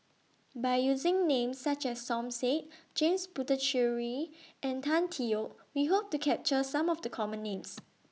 By using Names such as Som Said James Puthucheary and Tan Tee Yoke We Hope to capture Some of The Common Names